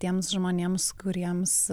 tiems žmonėms kuriems